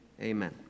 Amen